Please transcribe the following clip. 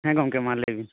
ᱦᱮᱸ ᱜᱚᱝᱠᱮ ᱢᱟ ᱞᱟᱹᱭᱵᱤᱱ